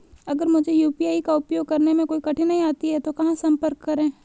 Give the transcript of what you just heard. अगर मुझे यू.पी.आई का उपयोग करने में कोई कठिनाई आती है तो कहां संपर्क करें?